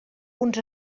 uns